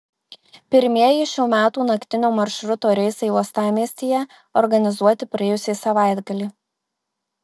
pirmieji šių metų naktinio maršruto reisai uostamiestyje organizuoti praėjusį savaitgalį